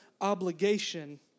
obligation